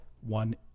one